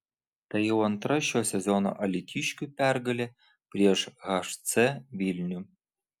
tai jau antra šio sezono alytiškių pergalė prieš hc vilnių